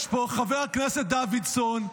חבר הכנסת דוידסון,